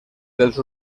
dels